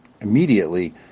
immediately